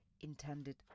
intended